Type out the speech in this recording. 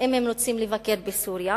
אם הם רוצים לבקר בסוריה,